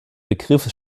begriff